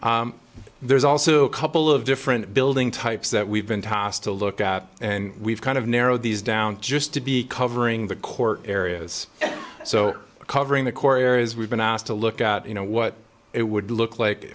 there's also a couple of different building types that we've been tossed to look at and we've kind of narrowed these down just to be covering the court areas so covering the koreas we've been asked to look at you know what it would look like